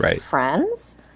friends